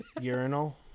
urinal